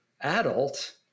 adult